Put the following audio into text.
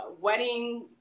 wedding